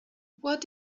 what